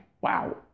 wow